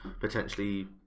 potentially